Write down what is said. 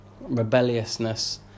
rebelliousness